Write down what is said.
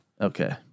Okay